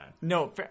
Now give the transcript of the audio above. No